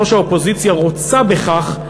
כאשר יושבת-ראש האופוזיציה רוצה בכך,